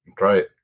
Right